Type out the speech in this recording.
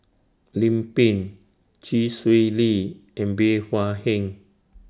Lim Pin Chee Swee Lee and Bey Hua Heng